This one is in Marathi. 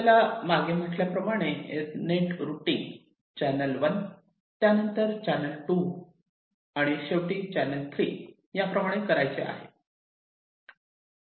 आपल्याला मागे म्हटल्याप्रमाणे नेट रुटींग चॅनेल 1 त्यानंतर चॅनेल 2 आणि शेवटी चॅनेल 3 याप्रमाणे करायचे आहे